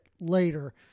later